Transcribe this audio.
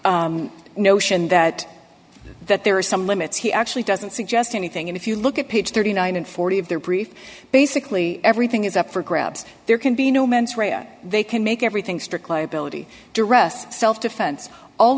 notion that that there are some limits he actually doesn't suggest anything and if you look at page thirty nine and forty of their brief basically everything is up for grabs there can be no mens rea they can make everything strict liability dress self defense all